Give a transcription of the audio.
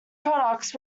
products